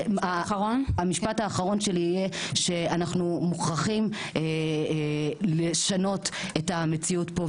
המשפט האחרון שלי הוא שאנחנו מוכרחים לשנות את המציאות פה,